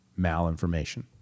malinformation